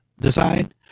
design